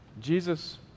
Jesus